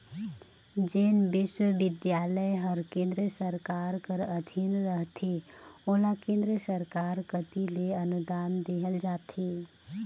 जेन बिस्वबिद्यालय हर केन्द्र सरकार कर अधीन रहथे ओला केन्द्र सरकार कती ले अनुदान देहल जाथे